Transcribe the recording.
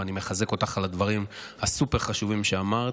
ואני מחזק אותך על הדברים הסופר-חשובים שאמרת,